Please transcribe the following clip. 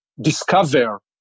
discover